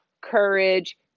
courage